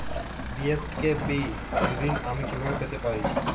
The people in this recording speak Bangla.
বি.এস.কে.বি ঋণ আমি কিভাবে পেতে পারি?